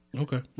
Okay